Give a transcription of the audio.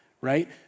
Right